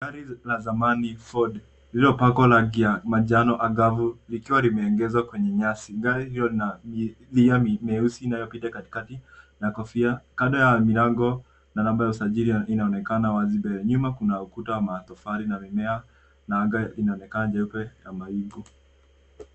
Gari la zamani ford, lililopakwa rangi ya manjano angavu likiwa limeegezwa kwenye nyasi. Gari hiyo lina milia mieusi iyopita katikati na kofia, kando ya milango na namba ya usajili inaonekana wazi mbele. Nyuma kuna ukuta wa matofali na mimea na anga inaonekana jeupe na mawingu.